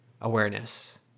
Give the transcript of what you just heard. awareness